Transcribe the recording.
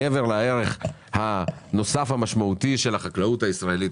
מעבר לערך הנוסף המשמעותי של החקלאות הישראלית,